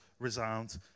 resound